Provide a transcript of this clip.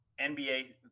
NBA